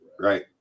Right